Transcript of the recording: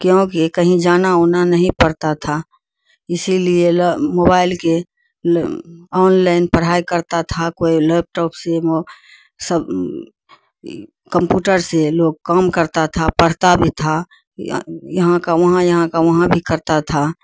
کیونکہ کہیں جانا اونا نہیں پڑتا تھا اسی لیے موبائل کے آن لائن پڑھائی کرتا تھا کوئی لیپٹاپ سے سب کمپیوٹر سے لوگ کام کرتا تھا پڑھتا بھی تھا یہاں کا وہاں یہاں کا وہاں بھی کرتا تھا